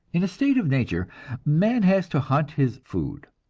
in a state of nature man has to hunt his food,